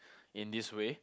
in this way